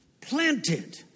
Planted